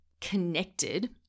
connected